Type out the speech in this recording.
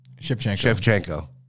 Shevchenko